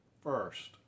First